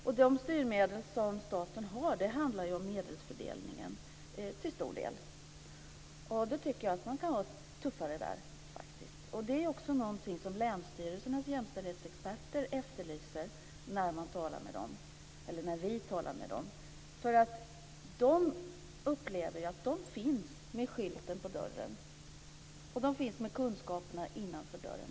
Och de styrmedel som staten har handlar ju om medelsfördelningen till stor del. Då tycker jag faktiskt att man kan vara tuffare där. Det är också något som länsstyrelsernas jämställdhetsexperter efterlyser när vi talar med dem. De upplever att de finns där, med skylten på dörren. De finns med kunskaperna innanför dörren.